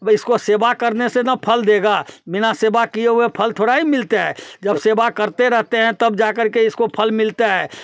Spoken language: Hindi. अब इसको सेवा करने से न फल देगा बिना सेवा किए हुए फल थोड़े ही मिलते हैं जब सेवा करते रहते हैं तब जाकर के इसको फल मिलता है